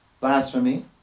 blasphemy